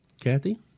Kathy